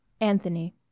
ANTHONY